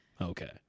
Okay